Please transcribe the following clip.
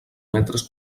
metres